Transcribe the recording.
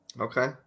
Okay